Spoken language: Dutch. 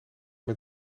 met